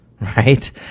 right